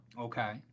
Okay